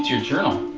your journal.